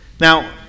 Now